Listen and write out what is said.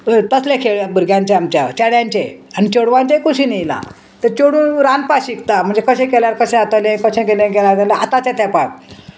तसले खेळ भुरग्यांचे आमच्या चेड्यांचे आनी चेडवांचेय कुशीन येयला ते चेडूं रांदपा शिकता म्हणजे कशें केल्यार कशें जातलें कशें कितें केल्यार जाल्यार आतांचें तेंपाक